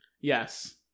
Yes